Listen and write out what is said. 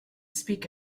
speak